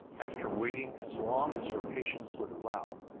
after waiting as long as her patience would allow,